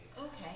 Okay